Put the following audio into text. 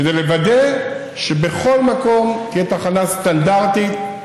כדי לוודא שבכל מקום תהיה תחנה סטנדרטית,